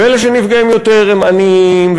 ואלה שנפגעים יותר הם עניים,